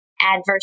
adverse